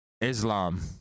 Islam